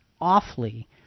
awfully